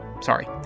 Sorry